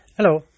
Hello